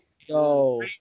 yo